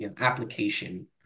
application